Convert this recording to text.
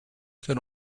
can